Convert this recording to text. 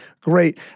great